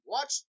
Watch